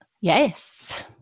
Yes